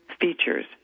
features